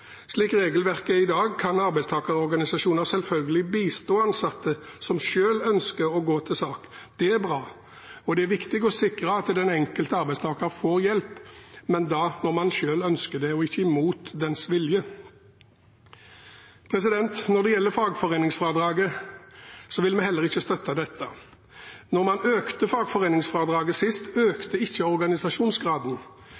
Slik regelverket er i dag, kan arbeidstakerorganisasjoner selvfølgelig bistå ansatte som selv ønsker å gå til sak. Det er bra, og det er viktig å sikre at den enkelte arbeidstaker får hjelp, men da må man selv ønske det – ikke imot arbeidstakerens vilje. Når det gjelder fagforeningsfradraget, vil vi heller ikke støtte dette. Da man økte fagforeningsfradraget sist,